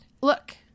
Look